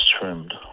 trimmed